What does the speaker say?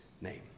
name